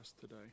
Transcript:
today